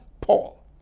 Paul